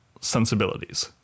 sensibilities